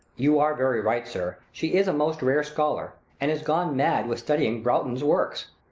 you are very right, sir, she is a most rare scholar, and is gone mad with studying broughton's works.